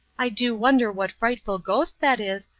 i do wonder what frightful ghost that is,